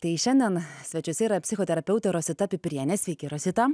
tai šiandien svečiuose yra psichoterapeutė rosita pipirienė sveiki rosita